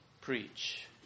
Preach